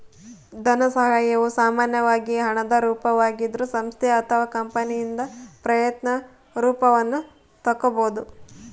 ಧನಸಹಾಯವು ಸಾಮಾನ್ಯವಾಗಿ ಹಣದ ರೂಪದಾಗಿದ್ರೂ ಸಂಸ್ಥೆ ಅಥವಾ ಕಂಪನಿಯಿಂದ ಪ್ರಯತ್ನ ರೂಪವನ್ನು ತಕ್ಕೊಬೋದು